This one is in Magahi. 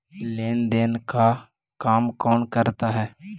लेन देन का काम कौन करता है?